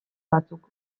batzuk